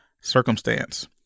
circumstance